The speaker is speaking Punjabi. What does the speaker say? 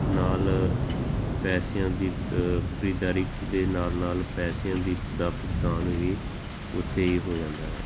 ਨਾਲ ਪੈਸਿਆਂ ਦੀ ਖਰੀਦਦਾਰੀ ਦੇ ਨਾਲ ਨਾਲ ਪੈਸਿਆਂ ਦੀ ਦਾ ਭੁਗਤਾਨ ਵੀ ਉੱਥੇ ਹੀ ਹੋ ਜਾਂਦਾ ਹੈ